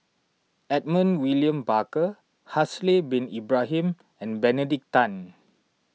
Edmund William Barker Haslir Bin Ibrahim and Benedict Tan